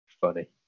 funny